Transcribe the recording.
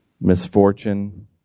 misfortune